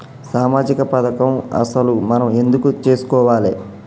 సామాజిక పథకం అసలు మనం ఎందుకు చేస్కోవాలే?